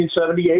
1978